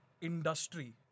industry